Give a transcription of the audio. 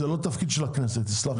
זה לא תפקיד של הכנסת, זה שר.